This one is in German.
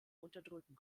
unterdrücken